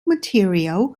material